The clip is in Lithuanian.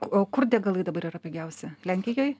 o kur degalai dabar yra pigiausi lenkijoj